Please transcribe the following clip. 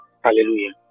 Hallelujah